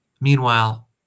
Meanwhile